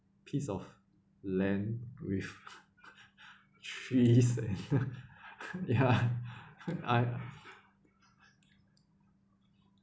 piece of land with trees and uh yeah I